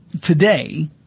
today